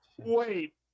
wait